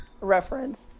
reference